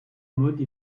mode